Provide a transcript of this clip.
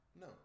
No